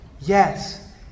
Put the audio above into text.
Yes